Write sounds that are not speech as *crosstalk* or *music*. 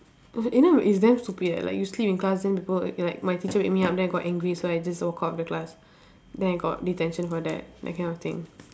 *breath* you know it's damn stupid leh like you sleep in class then people will like my teacher wake me up then got I angry so I just walk out of the class then I got detention for that that kind of thing